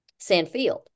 Sandfield